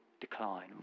decline